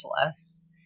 less